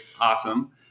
awesome